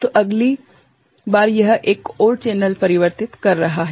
तो अगली बार यह एक और चैनल परिवर्तित कर रहा है